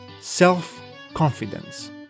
self-confidence